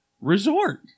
resort